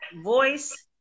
voice